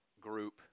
group